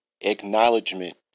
Acknowledgement